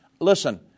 Listen